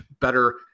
better